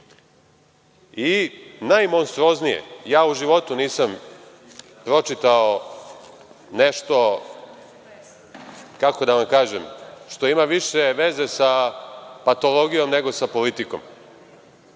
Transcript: najmonstruoznije, ja u životu nisam pročitao nešto, kako da vam kažem, što ima više veze sa patologijom nego sa politikom,